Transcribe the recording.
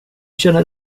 känner